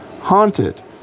haunted